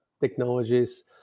technologies